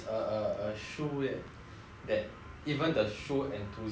that even the shoe enthusiastic person